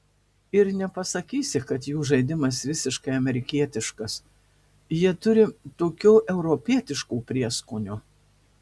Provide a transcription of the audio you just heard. ir nepasakysi kad jų žaidimas visiškai amerikietiškas jie turi tokio europietiško prieskonio